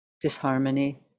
disharmony